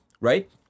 right